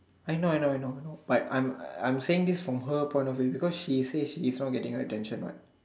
I know I know I know but I'm I'm saying this from her point of view because she say she is not getting attention what